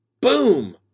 boom